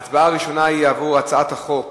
ההצבעה הראשונה היא על הצעת חוק